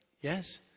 yes